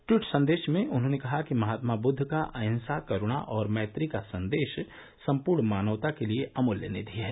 tweet संदेश में उन्होंने कहा कि महात्मा बृद्ध का अहिंसा करूणा और मैत्री का संदेश संपूर्ण मानवता के लिए अमल्य निधि है